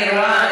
אני רואה,